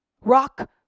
rock